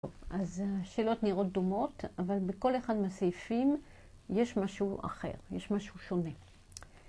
אז השאלות נראות דומות, אבל בכל אחד מסעיפים יש משהו אחר, יש משהו שונה.